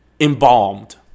embalmed